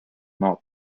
more